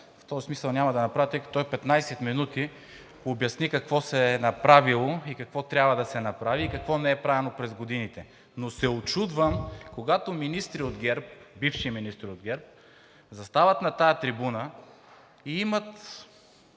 министърът, няма да направя, тъй като той 15 минути обясни какво се е направило и какво трябва да се направи и какво не е правено през годините, но се учудвам, когато министри от ГЕРБ, бившият министър от ГЕРБ, застават на тази трибуна и имат